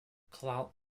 cloud